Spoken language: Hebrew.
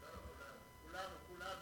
כולנו, כולנו.